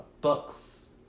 books